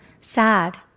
sad